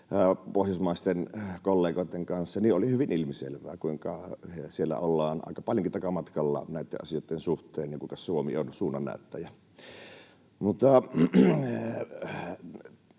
pohjoismaisten kollegoitten kanssa — niin on hyvin ilmiselvää, kuinka siellä ollaan aika paljonkin takamatkalla näitten asioitten suhteen ja kuinka Suomi on suunnannäyttäjä.